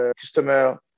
customer